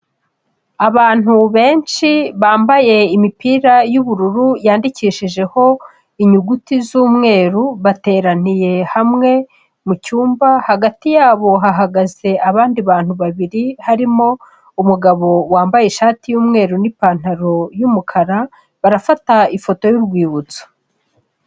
Abantu benshi bambaye imipira y'ubururu yandikishijeho inyuguti z'umweru, bateraniye hamwe mu cyumba, hagati yabo hahagaze abandi bantu babiri, harimo umugabo wambaye ishati y'umweru n'ipantaro y'umukara, barafata ifoto y'urwibutso.